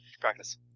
Practice